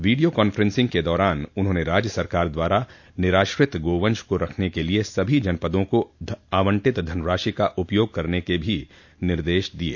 वीडियों conferencing के दौरान उन्होंने राज्य सरकार द्वारा निराश्रित गोवंश को रखने के लिए सभी जनपदों को आवंटित धनराशि का उपयोग करने के भी निर्देश दिये